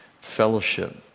fellowship